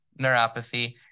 neuropathy